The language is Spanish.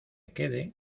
quede